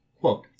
Quote